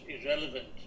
irrelevant